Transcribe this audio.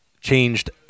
changed